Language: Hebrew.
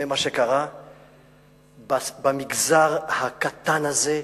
ממה שקרה במגזר הקטן הזה,